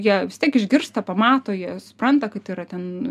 jie vis tiek išgirsta pamato jie supranta kad yra ten